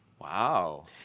Wow